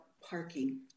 parking